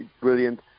Brilliant